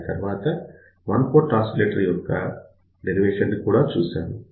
దాని తర్వాత one port oscillator యొక్క డెరివేషన్ ని చూశాము